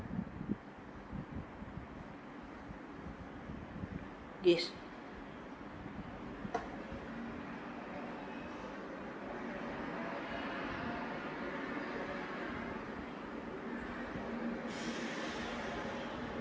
yes